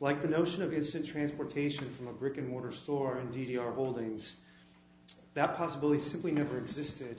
like the notion of it's in transportation from a brick and mortar store or indeed your holdings that possibility simply never existed